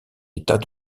état